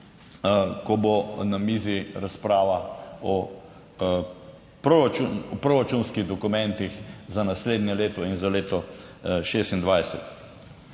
ko bo na mizi razprava o proračunskih dokumentih za naslednje leto in za leto 2026.